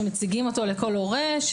שמציגים אותו לכל הורה,